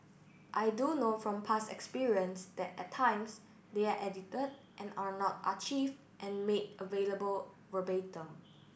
I do know from past experience that at times they are edited and are not and made available verbatim